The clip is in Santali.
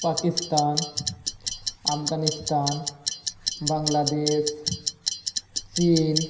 ᱯᱟᱠᱤᱥᱛᱷᱟᱱ ᱟᱯᱷᱜᱟᱱᱤᱥᱛᱷᱟᱱ ᱵᱟᱝᱞᱟᱫᱮᱥ ᱪᱤᱱ